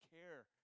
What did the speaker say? care